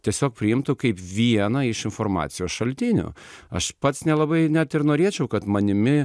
tiesiog priimtų kaip vieną iš informacijos šaltinių aš pats nelabai net ir norėčiau kad manimi